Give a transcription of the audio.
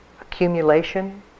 accumulation